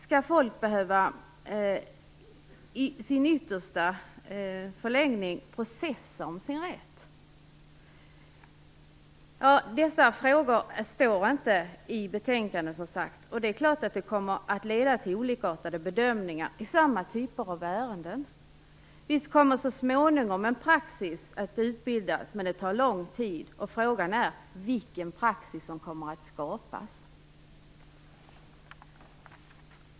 Skall folk i förlängningen behöva processa om sin rätt? Dessa frågor besvaras inte i betänkandet. Naturligtvis kommer det här att leda till olikartade bedömningar i samma typ av ärenden. Visst kommer så småningom en praxis att skapas, men det tar lång tid. Frågan är också vilken praxis som kommer att skapas.